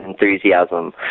enthusiasm